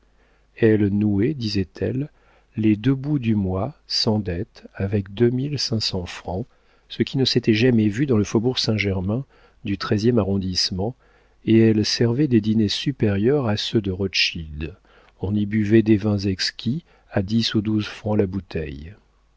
elle nouait disait-elle les deux bouts du mois sans dettes avec deux mille cinq cents francs ce qui ne s'était jamais vu dans le faubourg saint-germain du treizième arrondissement et elle servait des dîners infiniment supérieurs à ceux de rothschild on y buvait des vins exquis à dix et douze francs la bouteille